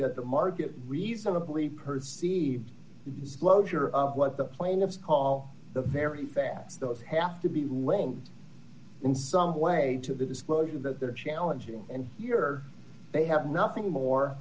that the market reasonably purred see the disclosure of what the plaintiffs call the very fast those have to be lent in some way to the disclosure d that they're challenging and here they have nothing more